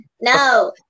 no